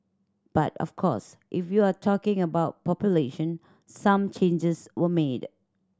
but of course if you're talking about population some changes were made